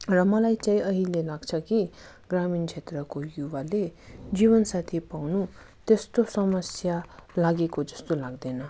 र मलाई चाहिँ अहिले लाग्छ कि ग्रामीण क्षेत्रको युवाले जीवनसाथी पाउनु त्यस्तो समस्या लागेको जस्तो लाग्दैनँ